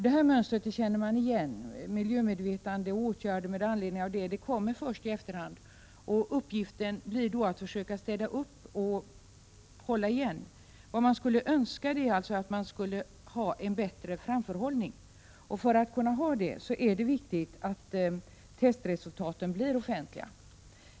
Detta mönster känner vi igen: miljömedvetandet och åtgärder föranledda av det kommer först i efterhand. Uppgiften blir då att försöka städa upp och hålla igen. Vad man skulle önska vore att det förekom en bättre framförhållning, och för att man skall kunna åstadkomma detta är det viktigt att testresultaten blir offentliga.